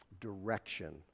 direction